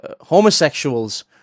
homosexuals